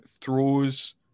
throws